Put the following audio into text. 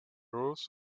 rulers